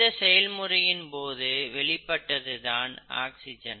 இந்த செயல்முறையின் போது வெளிப்பட்டது தான் ஆக்சிஜன்